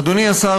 אדוני השר,